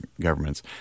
governments